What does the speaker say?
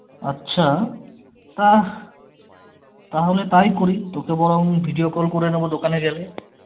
আচ্ছা তা তাহলে তাই করি তোকে বরং ভিডিও কল করে নেব দোকানে গেলে